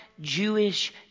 Jewish